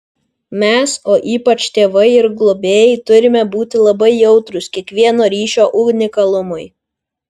mes o ypač tėvai ir globėjai turime būti labai jautrūs kiekvieno ryšio unikalumui